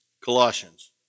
Colossians